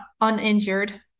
uninjured